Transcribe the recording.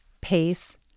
pace